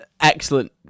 Excellent